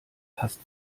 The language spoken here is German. passt